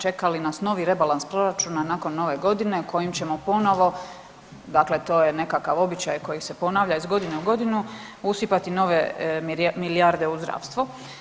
Čeka li nas novi rebalans proračuna nakon nove godine kojim ćemo ponovo, dakle to je nekakav običaj koji se ponavlja iz godine u godinu usipati nove milijarde u zdravstvo.